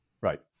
Right